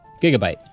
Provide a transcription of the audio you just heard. Gigabyte